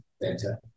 better